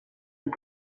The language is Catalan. amb